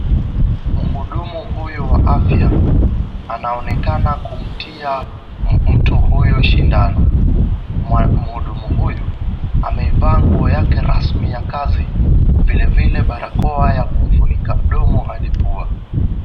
Mhudumu huyu wa afya, anaonekana kumtia mtu huyu sindano, mhudumu huyu amevaa nguo yake ya kazi. Vilevile hadi barakoa ya kumfunika barakoa hadi pua.